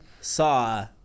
saw